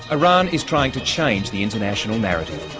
iran is trying to change the international narrative.